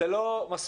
זה לא מספיק.